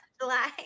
July